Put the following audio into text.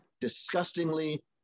disgustingly